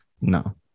no